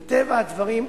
מטבע הדברים,